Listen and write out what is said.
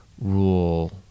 rule